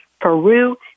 Peru